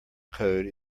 code